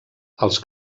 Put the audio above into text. els